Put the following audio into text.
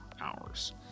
hours